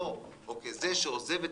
במילתו או זה שעוזב את